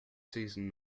season